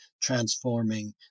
transforming